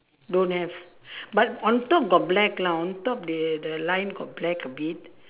don't have but on top got black lah on top they the line got black a bit